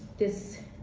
this